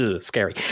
scary